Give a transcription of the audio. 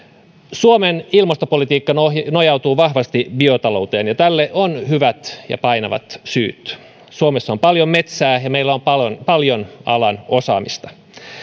suomen ilmastopolitiikka nojautuu vahvasti biotalouteen ja tälle on hyvät ja painavat syyt suomessa on paljon metsää ja meillä on paljon paljon alan osaamista